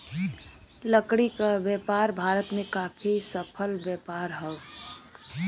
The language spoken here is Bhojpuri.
लकड़ी क व्यापार भारत में काफी सफल व्यापार हौ